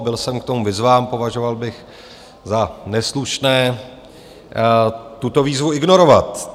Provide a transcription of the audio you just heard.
Byl jsem k tomu vyzván, považoval bych za neslušné tuto výzvu ignorovat.